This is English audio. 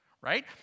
Right